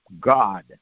God